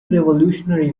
revolutionary